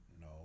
No